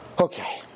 Okay